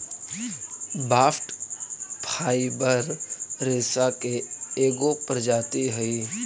bast fibre रेसा के एगो प्रजाति हई